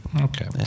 okay